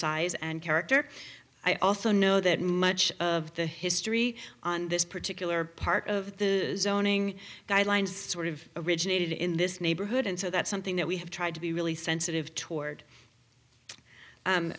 size and character i also know that much of the history on this particular part of the zoning guidelines sort of originated in this neighborhood and so that's something that we have tried to be really sensitive toward